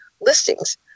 listings